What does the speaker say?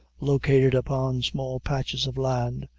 located upon small patches of land,